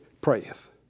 prayeth